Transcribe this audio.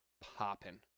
popping